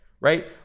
right